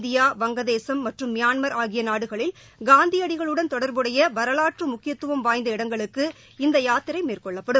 India வங்கதேசம் மற்றும் Myanmar ஆகிய நாடுகளில் காந்தியடிகளுடன் தொடர்புடைய வரலாற்று முக்கியத்துவம் வாய்ந்த இடங்களுக்கு இந்த யாத்திரை மேற்கொள்ளப்படும்